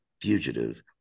fugitive